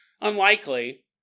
Unlikely